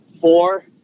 Four